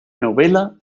novela